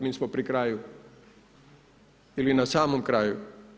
Mi smo pri kraju ili na samom kraju.